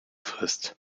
frist